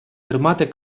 тримати